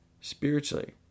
spiritually